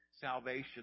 salvation